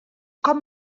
com